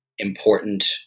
Important